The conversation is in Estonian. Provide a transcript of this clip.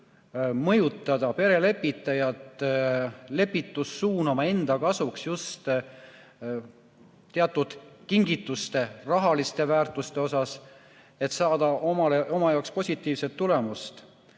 mõjutada perelepitajat lepitust suunama enda kasuks just teatud kingituste, rahaliste väärtuste abil, et saada oma jaoks positiivset tulemust.